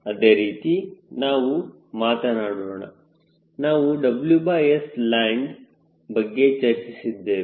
ಅದೇ ರೀತಿ ನಾವು ಮಾತನಾಡೋಣ ನಾವು WSland ಬಗ್ಗೆ ಚರ್ಚಿಸಿದ್ದೇವೆ